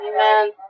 Amen